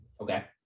Okay